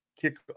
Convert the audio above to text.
kick